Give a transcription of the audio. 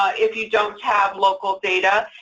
ah if you don't have local data,